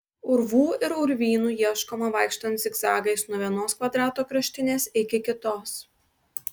urvų ir urvynų ieškoma vaikštant zigzagais nuo vienos kvadrato kraštinės iki kitos